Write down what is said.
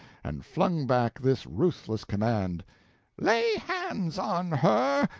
and flung back this ruthless command lay hands on her!